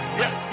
yes